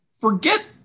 forget